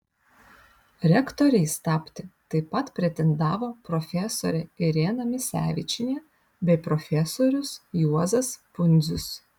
rektoriais tapti taip pat pretendavo profesorė irena misevičienė bei profesorius juozas pundzius